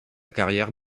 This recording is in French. carrière